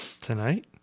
tonight